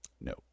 No